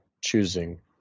choosing